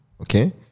Okay